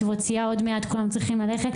ישיבות סיעה, עוד מעט, כולם צריכים ללכת.